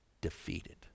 defeated